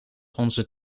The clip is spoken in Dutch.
onze